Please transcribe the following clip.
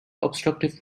obstructive